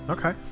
Okay